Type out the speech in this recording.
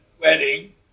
wedding